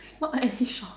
it's not any shop